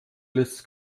lässt